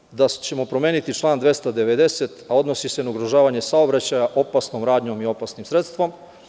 Takođe, rečeno je da ćemo promeniti član 290. a odnosi se na ugrožavanje saobraćaja opasnom radnjom, opasnim sredstvom.